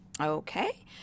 okay